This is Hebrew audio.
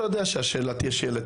אתה יודע שהשאלה תהיה שאלתית,